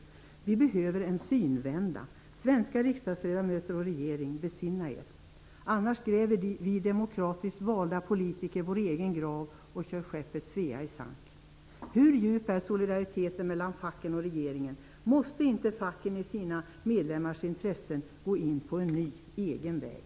Det behövs ett annat sätt att se. Svenska riksdagsledamöter och regeringen! Besinna er! Annars gräver vi demokratiskt valda politiker vår egen grav och seglar skeppet Svea i sank. Hur djup är solidariteten mellan facken och regeringen? Måste inte facken i sina medlemmars intressen gå in på en ny egen väg?